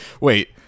wait